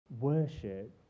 worship